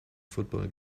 football